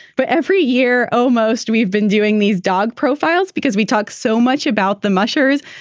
but every year almost we've been doing these dog profiles because we talk so much about the mushers.